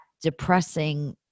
depressing